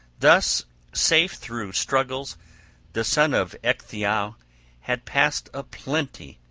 thus safe through struggles the son of ecgtheow had passed a plenty,